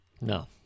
No